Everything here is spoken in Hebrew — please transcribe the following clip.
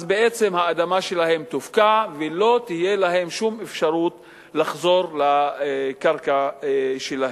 אז בעצם האדמה שלהם תופקע ולא תהיה להם שום אפשרות לחזור לקרקע שלהם.